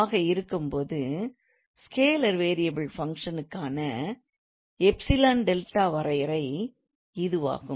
ஆக இருக்கும்போது scalar variable ஃபங்க்ஷனுக்கான எப்சிலன் டெல்டா வரையறை இதுவாகும்